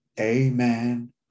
amen